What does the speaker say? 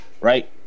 right